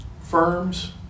firms